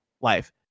life